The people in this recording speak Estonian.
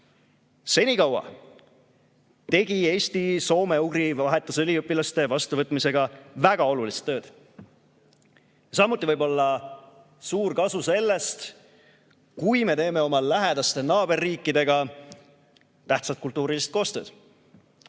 Ukrainasse, tegi Eesti soome-ugri vahetusüliõpilaste vastuvõtmisega väga olulist tööd. Samuti võib olla suur kasu sellest, kui me teeme oma lähedaste naaberriikidega tähtsat kultuurilist koostööd.